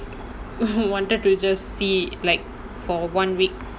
who wanted to just see like for one week